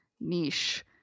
niche